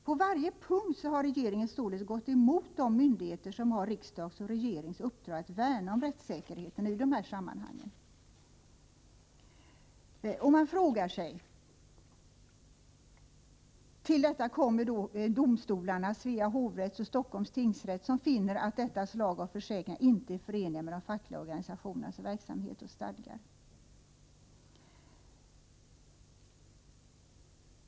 På varje punkt har regeringen således gått emot de myndigheter som av riksdagen och regeringen fått i uppdrag att värna om rättssäkerheten i de här sammanhangen. Till detta kommer att domstolarna — Svea hovrätt och Stockholms tingsrätt —- finner att försäkringar av detta slag inte är förenliga med de fackliga organisationernas verksamhet och stadgar.